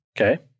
okay